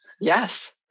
Yes